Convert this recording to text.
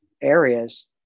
areas